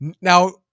Now